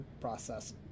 process